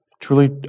Truly